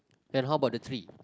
and how about the tree